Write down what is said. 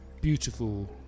beautiful